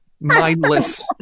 mindless